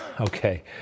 Okay